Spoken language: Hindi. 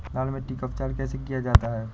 लाल मिट्टी का उपचार कैसे किया जाता है?